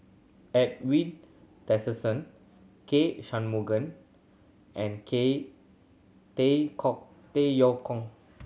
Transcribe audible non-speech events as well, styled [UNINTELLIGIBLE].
Edwin Tessensohn K Shanmugam and [UNINTELLIGIBLE] Tay Yong Kwang